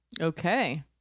okay